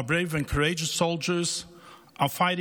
our brave and courageous soldiers are fighting